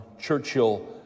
Churchill